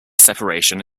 separation